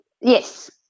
yes